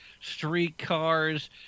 streetcars